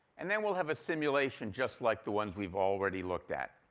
and then we'll have a simulation just like the ones we've already looked at.